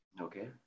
Okay